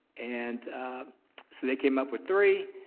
and so they came up with three.